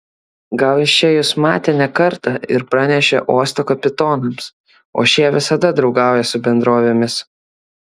gal jis čia jus matė ne kartą ir pranešė uosto kapitonams o šie visada draugauja su bendrovėmis